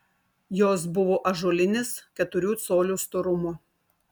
jos buvo ąžuolinės keturių colių storumo